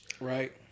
Right